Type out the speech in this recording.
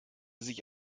sich